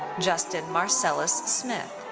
justin marcellus smith.